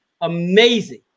amazing